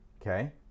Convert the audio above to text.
okay